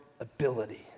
ability